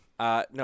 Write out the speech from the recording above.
No